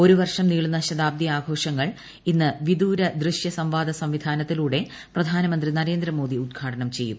ഒരു വർഷം നീളുന്ന ശതാബ്ദി ആഘോഷങ്ങൾ ഇന്ന് വിദൂര ദൃശ്യ സംവാദ സംവിധാനത്തിലൂടെ പ്രധാനമന്ത്രി നരേന്ദ്ര മോദി ഉദ്ഘാടനം ചെയ്യും